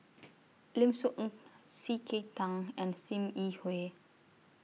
Lim Soo Ngee C K Tang and SIM Yi Hui